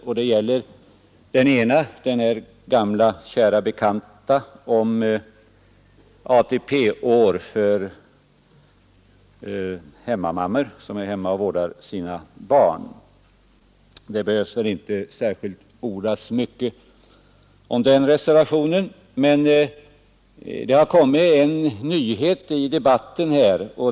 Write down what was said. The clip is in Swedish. Den ena gäller den gamla kära bekanta frågan om ATP-år för de mödrar som är hemma och vårdar sina barn. Vi behöver kanske inte orda så mycket om den reservationen. Det har dock kommit en nyhet i debatten.